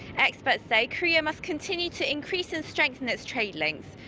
experts say korea must continue to increase and strengthen its trade links,